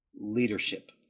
Leadership